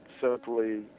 simply